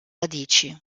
radici